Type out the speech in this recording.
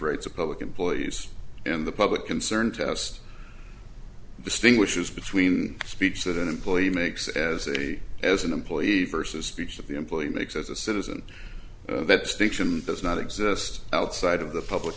rights of public employees and the public concern test distinguishes between a speech that an employee makes as a as an employee versus speech that the employee makes as a citizen that stiction does not exist outside of the public